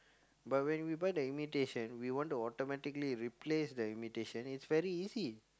but when we buy the imitation we want to automatically replace the imitation is very easy